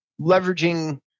leveraging